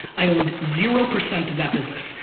i owned zero percent of that business.